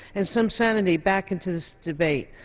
and some sanity back into this debate.